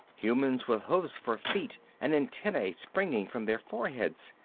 humans with hoofs for feet and antennae springing from their foreheads,